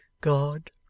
God